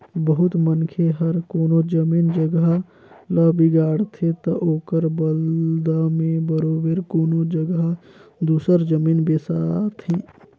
बहुत मनखे हर कोनो जमीन जगहा ल बिगाड़थे ता ओकर बलदा में बरोबेर कोनो जगहा दूसर जमीन बेसाथे